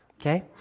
Okay